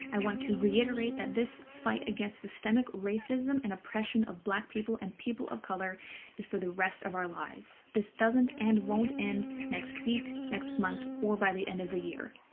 i want to reiterate that this fight against systemic racism and oppression of black people and people of color is for the rest of our lives. this doesn't and won't end next week, next month, or by the end of the year.